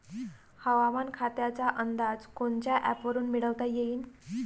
हवामान खात्याचा अंदाज कोनच्या ॲपवरुन मिळवता येईन?